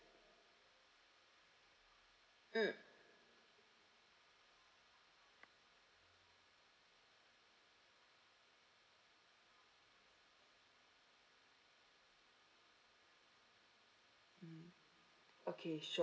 mm okay sure